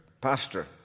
pastor